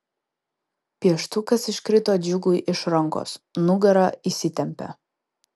pieštukas iškrito džiugui iš rankos nugara įsitempė